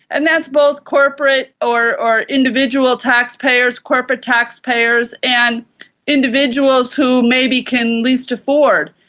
and that's both corporate or or individual taxpayers, corporate taxpayers, and individuals who maybe can least afford.